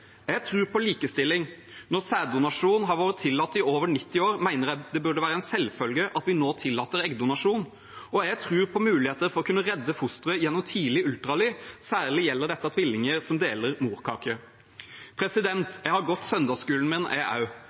Jeg tror på likestilling – når sæddonasjon har vært tillatt i over 90 år, mener jeg det burde være en selvfølge at vi nå tillater eggdonasjon. Jeg tror på muligheter for å kunne redde fostre gjennom tidlig ultralyd, særlig gjelder dette tvillinger som deler morkake. Jeg har gått søndagsskolen min, jeg